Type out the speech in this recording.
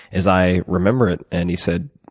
as i remember it, and he said,